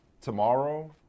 tomorrow